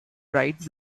bright